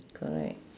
correct